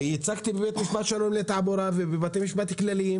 וייצגתי בבית משפט שלום לתעבורה ובבתי משפט כלליים